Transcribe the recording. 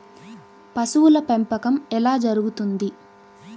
పశువుల పెంపకం ఎలా జరుగుతుంది?